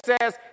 says